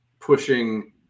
pushing